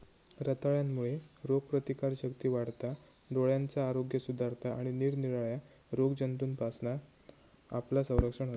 रताळ्यांमुळे रोगप्रतिकारशक्ती वाढता, डोळ्यांचा आरोग्य सुधारता आणि निरनिराळ्या रोगजंतूंपासना आपला संरक्षण होता